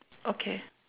okay